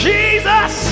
Jesus